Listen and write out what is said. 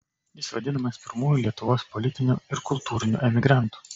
jis vadinamas pirmuoju lietuvos politiniu ir kultūriniu emigrantu